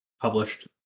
published